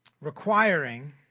requiring